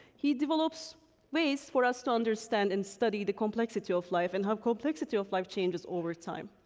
he develops ways for us to understand and study the complexity of life and how complexity of life changes over time,